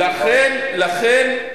לכן,